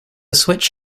switch